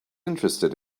interested